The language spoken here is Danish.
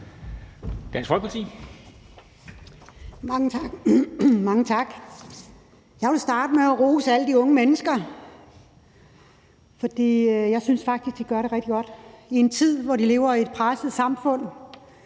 Blixt (DF): Mange tak. Jeg vil starte med at rose alle de unge mennesker, for jeg synes faktisk, de gør det rigtig godt. I en tid, hvor de lever i et presset samfund,